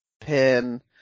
pin